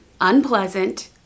unpleasant